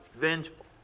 vengeful